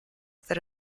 that